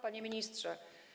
Panie Ministrze!